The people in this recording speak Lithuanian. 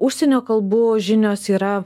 užsienio kalbų žinios yra